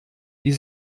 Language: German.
die